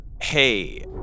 Hey